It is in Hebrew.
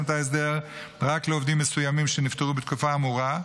את ההסדר רק לעובדים מסוימים שנפטרו בתקופה האמורה,